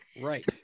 Right